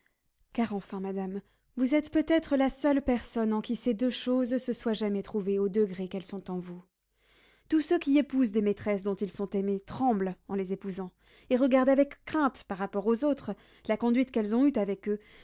car enfin madame vous êtes peut-être la seule personne en qui ces deux choses se soient jamais trouvées au degré qu'elles sont en vous tous ceux qui épousent des maîtresses dont ils sont aimés tremblent en les épousant et regardent avec crainte par rapport aux autres la conduite qu'elles ont eue avec eux